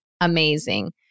Amazing